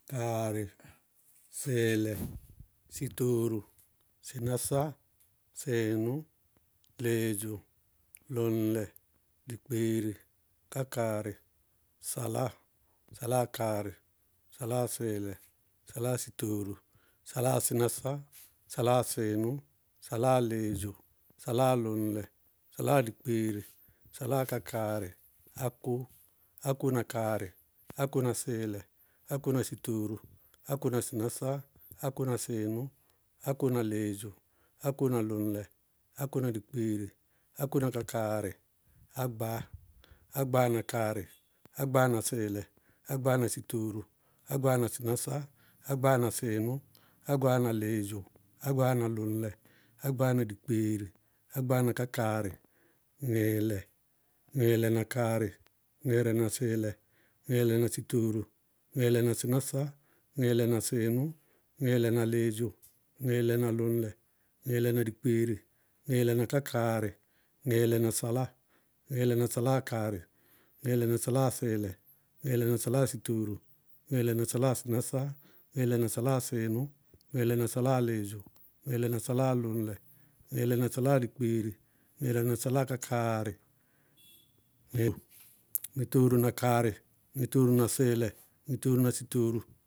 Kaarɩ, sɩɩlɛ, sɩtooro, sɩnásá, sɩɩnʋ, lɩɩdzʋ, lʋŋlɛ, dikpeere, kákaarɩ, saláa, saláa kaarɩ, saláa sɩɩlɛ, saláa sɩtooro, saláa sɩnásá, saláa sɩɩnʋ, saláa lɩɩdzʋ, saláa lʋŋlɛ, saláa dikpeere, saláa kákaarɩ, áko, áko na kákaarɩ, áko na sɩɩlɛ, áko na sɩtooro, áko na sɩnásá, áko na sɩɩnʋ, áko na lɩɩdzʋ, áko na lʋŋlɛ, áko na dikpeere, áko na kákaarɩ, agbáa, agbáa na kaarɩ, agbáa na sɩɩlɛ, agbáa na sɩtooro, agbáa na sɩnásá, agbáa na sɩɩnʋ, agbáa na lɩɩdzʋ, agbáa na lʋŋlɛ, agbáa na dikpeere, agbáa na kákaarɩ, ŋɩɩlɛ, ŋɩɩlɛ na kaarɩ, ŋɩɩlɛ na sɩɩlɛ, ŋɩɩlɛ na sɩtooro, ŋɩɩlɛ na sɩnásá, ŋɩɩlɛ na sɩɩnʋ, ŋɩɩlɛ na lɩɩdzʋ, ŋɩɩlɛ na lʋŋlɛ, ŋɩɩlɛ na dikpeere, ŋɩɩlɛ na kákaarɩ, ŋɩɩlɛ na saláa, ŋɩɩlɛ na saláa kaarɩ, ŋɩɩlɛ na saláa sɩɩlɛ, ŋɩɩlɛ na saláa sɩtooro, ŋɩɩlɛ na saláa sɩnásá, ŋɩɩlɛ na saláa sɩɩnʋ, ŋɩɩlɛ na saláa lɩɩdzʋ, ŋɩɩlɛ na saláa lʋŋlɛ, ŋɩɩlɛ na saláa dikpeere, ŋɩɩlɛ na saláa kákaarɩ, ŋɩ-ŋɩtooro na kaarɩ, ŋɩtooro na sɩɩlɛ, ŋɩtooro na sɩtooro.